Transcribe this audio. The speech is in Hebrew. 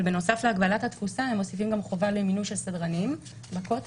אבל בנוסף להגבלת התפוסה הם מוסיפים גם חובה למינוי של סדרנים בכותל,